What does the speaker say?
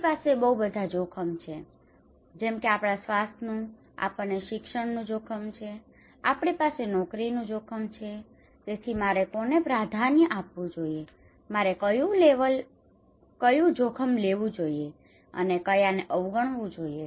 આપણી પાસે બવ બધા જોખમ છે જેમ કે આપણા સ્વાસ્થ્યનું જોખમ છે આપણને શિક્ષણનું જોખમ છે આપણી પાસે નોકરીનું જોખમ છે તેથી મારે કોને પ્રાધાન્ય આપવું જોઈએ મારે કયું જોખમ લેવું જોઈએ અને કયાને અવગણવું જોઈએ